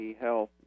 Health